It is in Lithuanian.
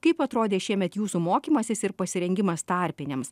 kaip atrodė šiemet jūsų mokymasis ir pasirengimas tarpiniams